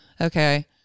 Okay